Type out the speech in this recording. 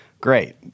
Great